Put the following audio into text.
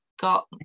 got